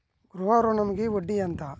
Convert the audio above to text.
గృహ ఋణంకి వడ్డీ ఎంత?